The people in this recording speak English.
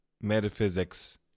metaphysics